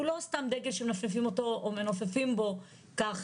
הוא לא סתם דגל שמנופפים בו כך,